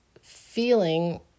feeling